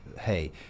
hey